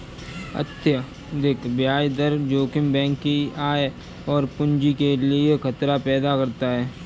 अत्यधिक ब्याज दर जोखिम बैंक की आय और पूंजी के लिए खतरा पैदा करता है